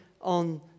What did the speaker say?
on